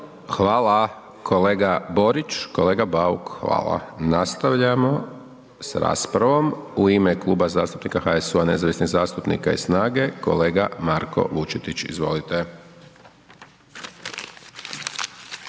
Hvala kolega Borić, kolega Bauk, hvala. Nastavljamo s raspravom. U ime Klub zastupnika HSU-a i nezavisnih zastupnika i SNAGA-e kolega Marko Vučetić. Izvolite.